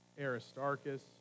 Aristarchus